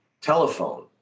Telephone